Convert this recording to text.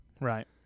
Right